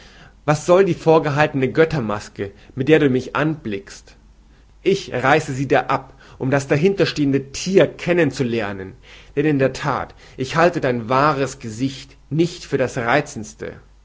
was soll die vorgehaltene göttermaske mit der du mich anblickst ich reiße sie dir ab um das dahintersteckende thier kennen zu lernen denn in der that ich halte dein wahres gesicht nicht für das reizendste